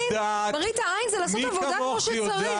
מראית העין זה לעשות עבודה כמו שצריך, צביקה.